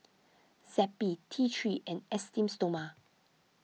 Zappy T three and Esteem Stoma